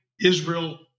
Israel